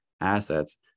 assets